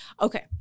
Okay